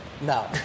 No